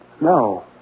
No